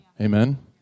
Amen